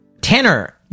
Tanner